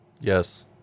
Yes